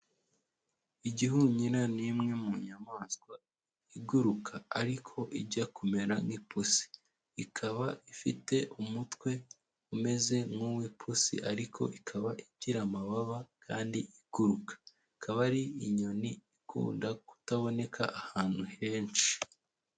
Igihunyrai ni imwe mu nyamaswa iguruka ariko ijya kumera nk'ipusi, ikaba ifite umutwe umeze nk'uw'ipusi, ariko ikaba igira amababa kandi iguruka ikaba ari inyoni ikunda kutaboka ahantu henshi.